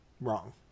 Wrong